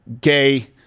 gay